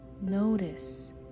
Notice